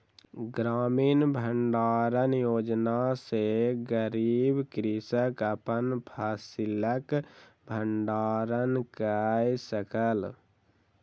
ग्रामीण भण्डारण योजना सॅ गरीब कृषक अपन फसिलक भण्डारण कय सकल